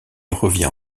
revient